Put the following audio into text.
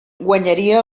guanyaria